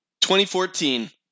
2014